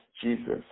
Jesus